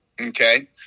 Okay